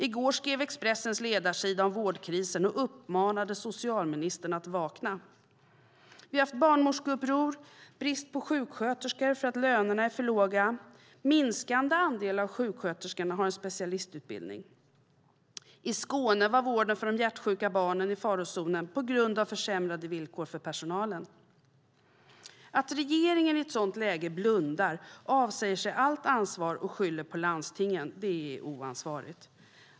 I går skrev Expressens ledarsida om vårdkrisen och uppmanade socialministern att vakna. Vi har haft barnmorskeuppror och brist på sjuksköterskor för att lönerna är för låga. En minskande andel av sjuksköterskorna har en specialistutbildning. I Skåne var vården för de hjärtsjuka barnen i farozonen på grund av försämrade villkor för personalen. Att regeringen i ett sådant läge blundar, avsäger sig allt ansvar och skyller på landstingen är oansvarigt.